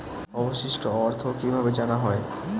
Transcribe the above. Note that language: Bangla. অবশিষ্ট অর্থ কিভাবে জানা হয়?